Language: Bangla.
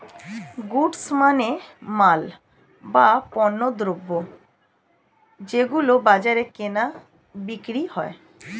গুডস মানে মাল, বা পণ্যদ্রব যেগুলো বাজারে কেনা বিক্রি হয়